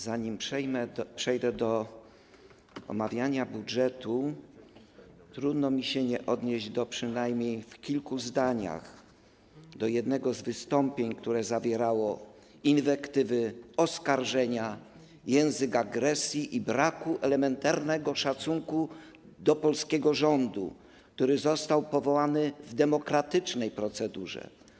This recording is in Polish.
Za chwilę przejdę do omawiania budżetu, ale trudno mi nie odnieść się przynajmniej w kilku zdaniach do jednego z wystąpień, które zawierało inwektywy, oskarżenia, cechowało się językiem agresji i brakiem elementarnego szacunku do polskiego rządu, który został powołany w demokratycznej procedurze.